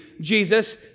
Jesus